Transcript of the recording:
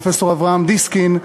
פרופסור אברהם דיסקין,